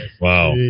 Wow